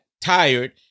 tired